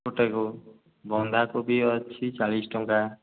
ଗୋଟାକୁ ବନ୍ଧାକୋବି ଅଛି ଚାଳିଶ ଟଙ୍କା